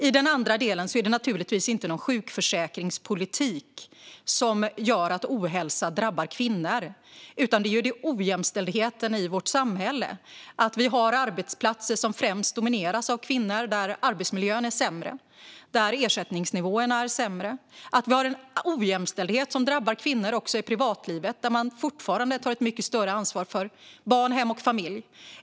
I den andra delen är det givetvis inte sjukförsäkringspolitiken som gör att ohälsa drabbar kvinnor, utan det är ojämställdheten i vårt samhälle, det vill säga att kvinnodominerade arbetsplatser har sämre arbetsmiljö, att ersättningsnivåerna är sämre och att ojämställdheten drabbar kvinnor också i privatlivet eftersom kvinnor fortfarande tar ett mycket större ansvar för barn, hem och familj.